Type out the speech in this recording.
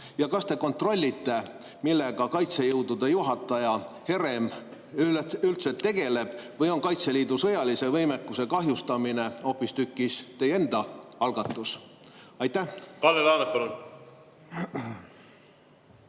Kas te kontrollite, millega kaitsejõudude juhataja Herem üleüldse tegeleb, või on Kaitseliidu sõjalise võimekuse kahjustamine hoopistükkis teie enda algatus? Kalle Laanet,